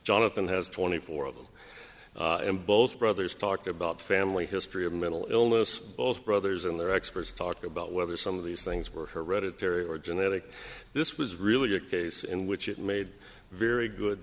jonathan has twenty four of them and both brothers talked about family history of mental illness both brothers and their experts talk about whether some of these things were hereditary or genetic this was really a case in which it made very good